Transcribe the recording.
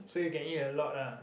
so you can eat a lot lah